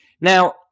Now